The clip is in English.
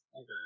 okay